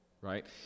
right